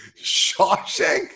Shawshank